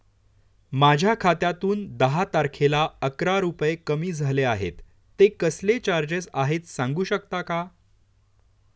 माझ्या खात्यातून दहा तारखेला अकरा रुपये कमी झाले आहेत ते कसले चार्जेस आहेत सांगू शकता का?